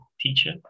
teacher